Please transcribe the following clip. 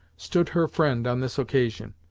stood her friend on this occasion.